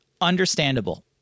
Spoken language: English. Understandable